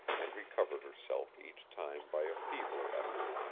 and recovered herself each time by a feebler effort.